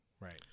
right